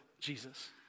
Jesus